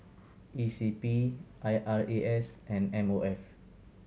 E C P I R A S and M O F